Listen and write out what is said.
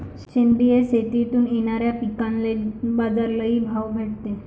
सेंद्रिय शेतीतून येनाऱ्या पिकांले बाजार लई भाव भेटते